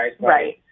right